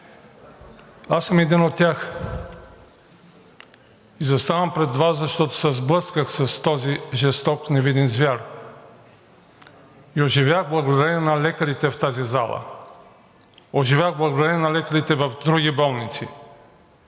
Аз съм един от тях. Заставам пред Вас, защото се сблъсках с този жесток невидим звяр. И оживях благодарение на лекарите в тази зала. Оживях благодарение на лекарите в други болници.